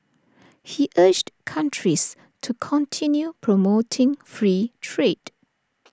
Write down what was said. he urged countries to continue promoting free trade